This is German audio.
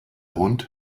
hund